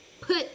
put